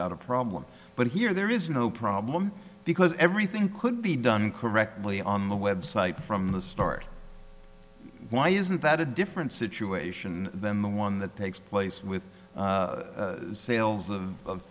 got a problem but here there is no problem because everything could be done correctly on the website from the start why isn't that a different situation than the one that takes place with sales of